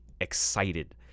excited